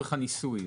לצורך הניסוי.